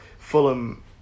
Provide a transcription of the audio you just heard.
Fulham